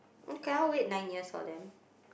okay I will wait nine years for them